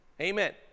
Amen